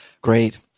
Great